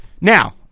Now